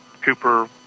Cooper